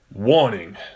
Warning